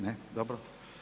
Ne, dobro.